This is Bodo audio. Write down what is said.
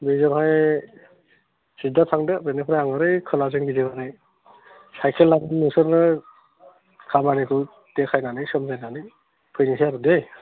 बेजोंहाय सिद्दा थांदो बेनिफ्राय आं ओरै खोलाहाजों गिदिंनानै साइकेल लाना नोंसोरनो खामानिखौ देखायनानै सामलायनानै फैनोसै आरो दै